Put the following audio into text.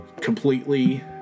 completely